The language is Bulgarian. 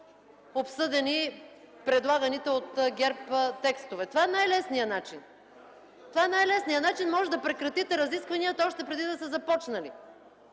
обсъдени предлаганите от ГЕРБ текстове. Това е най-лесният начин. Може да прекратите разискванията, още преди да са започнали.